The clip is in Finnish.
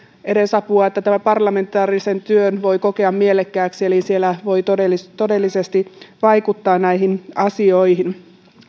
edes siinä että tämän parlamentaarisen työn voi kokea mielekkääksi eli että siellä voi todellisesti todellisesti vaikuttaa näihin asioihin